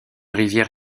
rivière